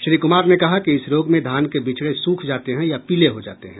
श्री कुमार ने कहा कि इस रोग में धान के बिचड़े सूख जाते हैं या पीले हो जाते हैं